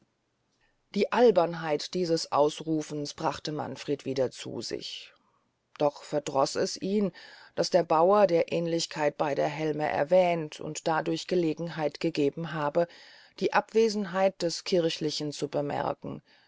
die albernheit dieser ausrufungen brachte manfred wieder zu sich doch verdroß es ihn daß der bauer der aehnlichkeit beyder helme erwähnt und dadurch gelegenheit gegeben habe die abwesenheit des kirchlichen zu bemerken